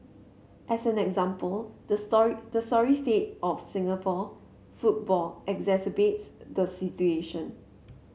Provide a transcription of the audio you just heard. as an example the story the sorry state of Singapore football exacerbates the situation